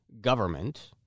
government